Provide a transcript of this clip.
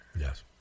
Yes